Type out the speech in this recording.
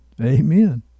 Amen